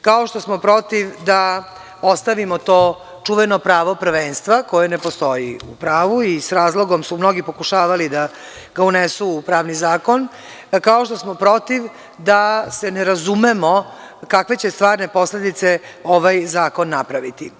kao što smo protiv da ostavimo to čuveno pravo prvenstva koje ne postoji u pravu i s razlogom su mnogi pokušavali da ga unesu u pravni zakon, pa kao što smo protiv da se ne razumemo kakve će stvarne posledice ovaj zakon napraviti.